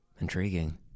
Intriguing